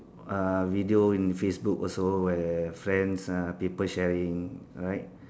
uh video in Facebook also where friends uh people sharing right